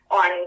on